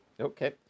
Okay